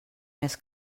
més